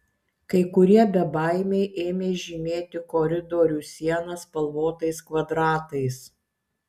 kai kurie bebaimiai ėmė žymėti koridorių sienas spalvotais kvadratais